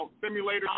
simulator